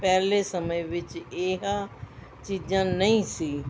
ਪਹਿਲੇ ਸਮੇਂ ਵਿੱਚ ਇਹਾ ਚੀਜ਼ਾਂ ਨਹੀਂ ਸੀ